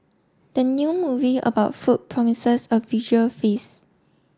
the new movie about food promises a visual feast